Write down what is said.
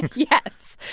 yes,